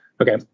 okay